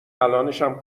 الانشم